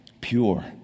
pure